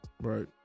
Right